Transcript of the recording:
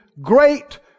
great